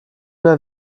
mehr